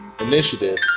initiative